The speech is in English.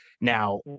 Now